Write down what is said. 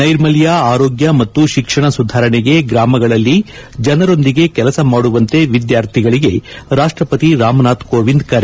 ನೈರ್ಮಲ್ಯ ಆರೋಗ್ಯ ಮತ್ತು ಶಿಕ್ಷಣ ಸುಧಾರಣೆಗೆ ಗ್ರಾಮಗಳಲ್ಲಿ ಜನರೊಂದಿಗೆ ಕೆಲಸ ಮಾಡುವಂತೆ ವಿದ್ವಾರ್ಥಿಗಳಿಗೆ ರಾಷ್ಷಪತಿ ರಾಮ್ನಾಥ್ ಕೋವಿಂದ್ ಕರೆ